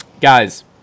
guys